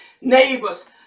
neighbors